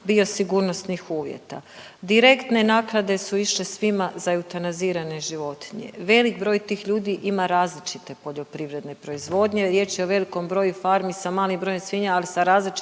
biosigurnosnih uvjeta. Direktne naknade su išle svima za eutanazirane životinje. Velik broj tih ljudi ima različite poljoprivredne proizvodnje. Riječ je o velikom broju farmi sa malim brojem svinja, ali sa različitim